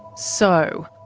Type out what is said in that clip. so,